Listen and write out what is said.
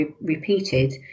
repeated